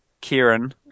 Kieran